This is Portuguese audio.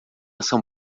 são